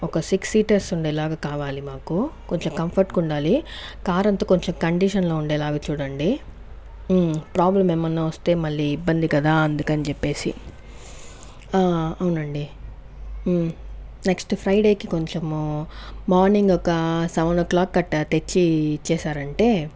ఒక six seaters ఉండేలాగా కావాలి మాకు కొంచెం కంఫర్ట్ గా ఉండాలి కారు అంతా కొంచెం కండిషన్ లో ఉండేలాగా చూడండి ప్రాబ్లం ఏమన్నా వస్తే మళ్లీ ఇబ్బంది కదా అందుకని చెప్పేసి అవునండి నెక్స్ట్ ఫ్రైడే కొంచము మార్నింగ్ ఒక సెవెన్ ఓ క్లాక్ కి అట్లా తెచ్చి ఇచ్చేసారా అంటే